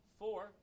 four